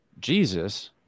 Jesus